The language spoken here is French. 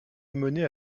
amené